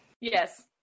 Yes